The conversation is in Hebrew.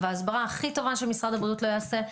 וההסברה הכי טובה שמשרד הבריאות לא יעשה,